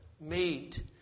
meet